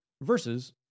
versus